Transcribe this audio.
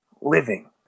living